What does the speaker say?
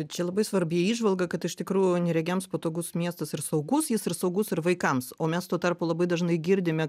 čia labai svarbi įžvalga kad iš tikrųjų neregiams patogus miestas ir saugus jis ir saugus ir vaikams o mes tuo tarpu labai dažnai girdime